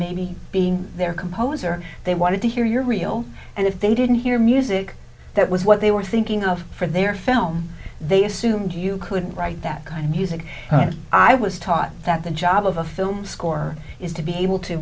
maybe being there composer they wanted to hear your real and if they didn't hear music that was what they were thinking of for their film they assumed you couldn't write that kind of music i was taught that the job of a film score is to be able to